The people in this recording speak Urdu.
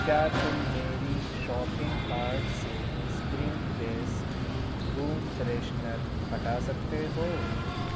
کیا تم میری شاپنگ کارٹ سے اسپرنگ فیسٹ روم فریشنر ہٹا سکتے ہو